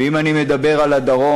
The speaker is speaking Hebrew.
ואם אני מדבר על הדרום,